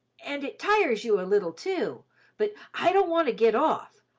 and it tires you a little, too but i don't want to get off.